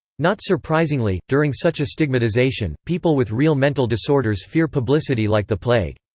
not surprisingly, during such a stigmatization, people with real mental disorders fear publicity like the plague.